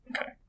Okay